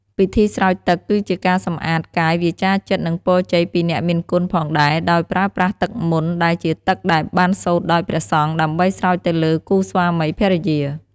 ពិធីស្រោចទឹកគឺជាការសម្អាត កាយ វាចាចិត្ត និងពរជ័យពីអ្នកមានគុណផងដែរ ដោយប្រើប្រាស់ទឹកមន្ត ដែលជាទឹកដែលបានសូត្រដោយព្រះសង្ឃដើម្បីស្រោចទៅលើគូស្វាមីភរិយា។។